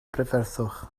brydferthwch